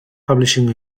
publishing